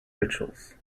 rituals